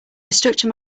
structure